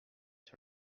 sur